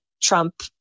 Trump